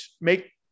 make